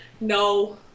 No